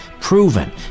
proven